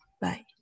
bye